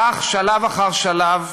כך, שלב אחר שלב,